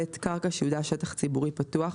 (ב)קרקע שייעודה שטח ציבורי פתוח,